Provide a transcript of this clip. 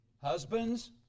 Husbands